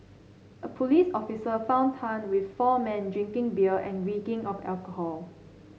a police officer found Tang with four men drinking beer and reeking of alcohol